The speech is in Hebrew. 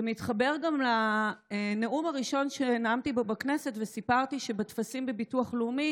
זה מתחבר גם לנאום הראשון שנאמתי פה בכנסת וסיפרתי שבטפסים בביטוח לאומי